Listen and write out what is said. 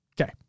Okay